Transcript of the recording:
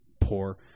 poor